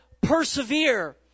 persevere